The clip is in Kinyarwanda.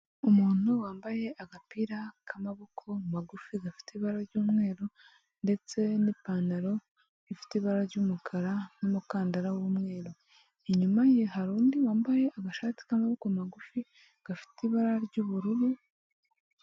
Umuntu wambaye agapira k'amaboko magufi gafite ibara ry'umweru ndetse n'ipantaro ifite ibara ry'umukara n'umukandara w'umweru, inyuma ye hari undi wambaye agashati k'amaboko magufi gafite ibara ry'ubururu.